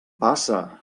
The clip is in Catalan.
passa